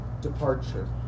departure